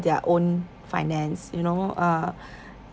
their own finance you know uh